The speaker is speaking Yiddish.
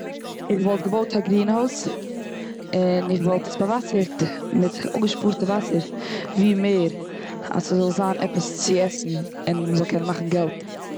איך וואלט געבויט א גרין הויז און איך וואלט עס באוואסערט מיט אפגעשפארטע וואסער ווי מער אז ס'זאל זיין עפעס צו עסן און מ'זאל קענען מאכן עפעס געלט.